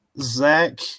Zach